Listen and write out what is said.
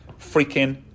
freaking